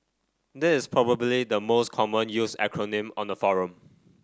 this is probably the most commonly used acronym on the forum